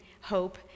hope